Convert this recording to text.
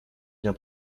bien